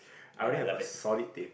and I love it